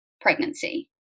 pregnancy